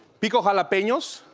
pico jalapenos,